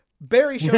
Barry